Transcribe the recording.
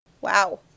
Wow